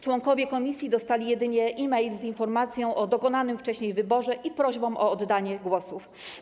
Członkowie komisji dostali jedynie e-mail z informacją o dokonanym wcześniej wyborze i z prośbą o oddanie głosów.